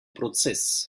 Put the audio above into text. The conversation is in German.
prozess